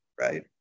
right